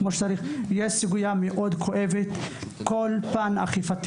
הסוגייה היא בפן האכיפה.